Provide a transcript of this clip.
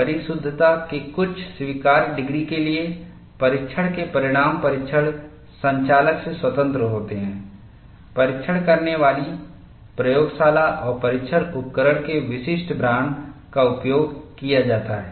परिशुद्धता के कुछ स्वीकार्य डिग्री के लिए परीक्षण के परिणाम परीक्षण संचालक से स्वतंत्र होते हैं परीक्षण करने वाली प्रयोगशाला और परीक्षण उपकरण के विशिष्ट ब्रांड का उपयोग किया जाता है